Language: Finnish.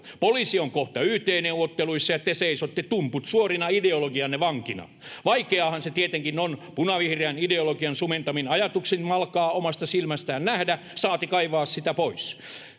Poliisi on kohta yt-neuvotteluissa, ja te seisotte tumput suorina ideologianne vankina. Vaikeaahan se tietenkin on punavihreän ideologian sumentamin ajatuksin malkaa omasta silmästään nähdä, saati kaivaa sitä pois.